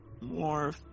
more